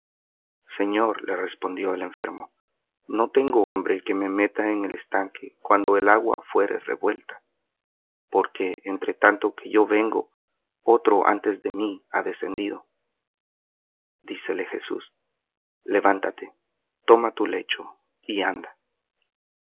señor le respondió el enfermo no tengo hombre que me meta en el estanque cuando el agua fuere revuelta porque entre tanto que yo vengo otro antes de mí ha descendido dícele jesús levántate toma tu lecho y anda